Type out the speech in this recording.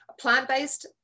plant-based